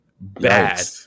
bad